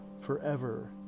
forever